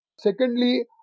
Secondly